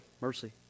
mercy